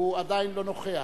הוא עדיין לא נוכח.